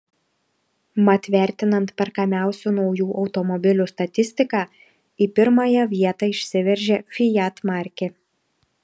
mat vertinant perkamiausių naujų automobilių statistiką į pirmąją vietą išsiveržė fiat markė